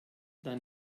dann